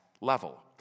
level